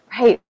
Right